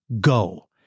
go